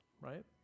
right